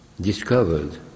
discovered